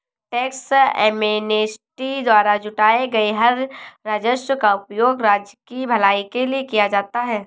tax amnesty द्वारा जुटाए गए कर राजस्व का उपयोग राज्य की भलाई के लिए किया जाता है